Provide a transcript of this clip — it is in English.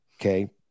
Okay